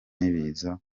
n’ibiza